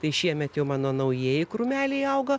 tai šiemet jau mano naujieji krūmeliai auga